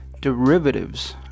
derivatives